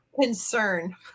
concern